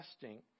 testing